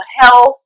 health